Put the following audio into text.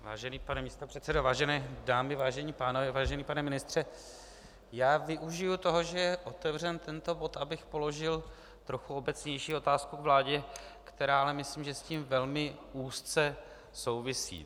Vážený pane místopředsedo, vážené dámy, vážení pánové, vážený pane ministře, využiji toho, že je otevřen tento bod, abych položil trochu obecnější otázku k vládě, která ale myslím, že s tím velmi úzce souvisí.